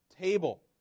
table